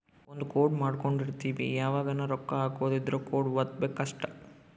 ಒಂದ ಕೋಡ್ ಮಾಡ್ಕೊಂಡಿರ್ತಿವಿ ಯಾವಗನ ರೊಕ್ಕ ಹಕೊದ್ ಇದ್ರ ಕೋಡ್ ವತ್ತಬೆಕ್ ಅಷ್ಟ